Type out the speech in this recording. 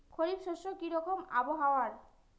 খরিফ শস্যে কি রকম আবহাওয়ার?